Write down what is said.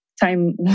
time